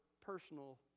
personal